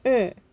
mm